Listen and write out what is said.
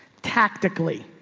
tactically,